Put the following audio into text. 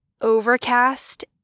overcast